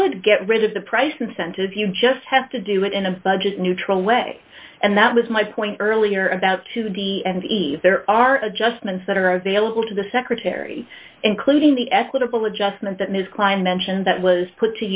could get rid of the price incentive you just have to do it in a budget neutral way and that was my point earlier about to be and there are adjustments that are available to the secretary including the equitable adjustment that his client mentioned that was put